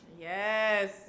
Yes